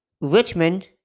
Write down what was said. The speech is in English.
Richmond